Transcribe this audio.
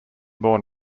born